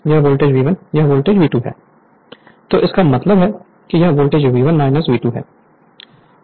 तो इसका मतलब है कि यह वोल्टेज V1 V2 है